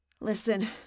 Listen